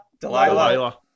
Delilah